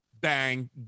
bang